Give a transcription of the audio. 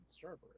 server